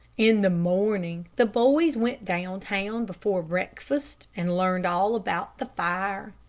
in the morning the boys went down town before breakfast and learned all about the fire.